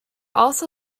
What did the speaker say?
also